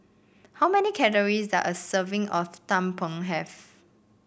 how many calories does a serving of tumpeng have